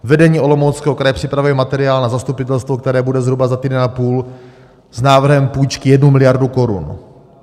Vedení Olomouckého kraje připravuje materiál na zastupitelstvo, které bude zhruba za týden a půl, s návrhem půjčky jednu miliardu korun.